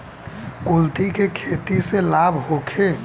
कुलथी के खेती से लाभ होखे?